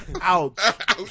Ouch